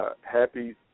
happy